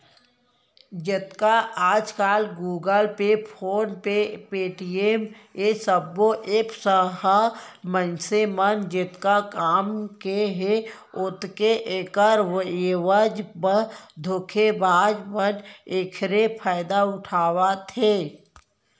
जतका आजकल Google Pay, PhonePe, Paytm ए सबो ऐप्स ह मनसे म जतका काम के हे ओतके ऐखर एवज म धोखेबाज मन एखरे फायदा उठावत हे